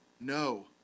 no